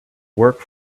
work